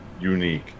unique